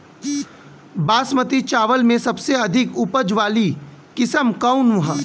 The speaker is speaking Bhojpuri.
बासमती चावल में सबसे अधिक उपज वाली किस्म कौन है?